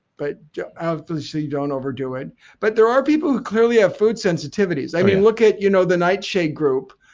but yeah obviously, don't overdo it but there are people who clearly have food sensitivities. i mean look at you know the nightshade group.